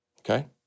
okay